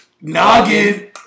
Noggin